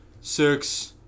six